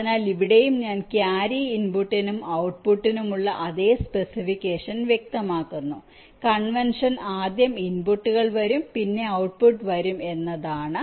അതിനാൽ ഇവിടെയും ഞാൻ ക്യാരി ഇൻപുട്ടിനും ഔട്ട്പുട്ടിനുമുള്ള അതേ സ്പെസിഫിക്കേഷൻ വ്യക്തമാക്കുന്നു കൺവെൻഷൻ ആദ്യം ഇൻപുട്ടുകൾ വരും പിന്നെ ഔട്ട്പുട്ട് വരും എന്നതാണ്